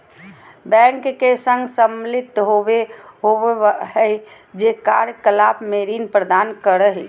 bank के संघ सम्मिलित होबो हइ जे कार्य कलाप में ऋण प्रदान करो हइ